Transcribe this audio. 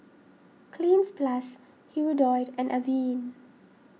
Cleanz Plus Hirudoid and Avene